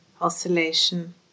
oscillation